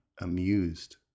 amused